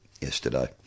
yesterday